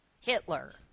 Hitler